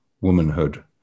womanhood